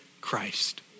Christ